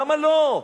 למה לא?